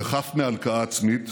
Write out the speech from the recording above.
וחף מהלקאה עצמית,